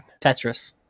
Tetris